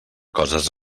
coses